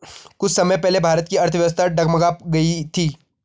कुछ समय पहले भारत की अर्थव्यवस्था डगमगा गयी थी